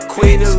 Queen